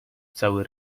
cały